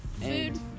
food